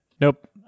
Nope